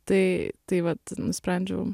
tai tai vat nusprendžiau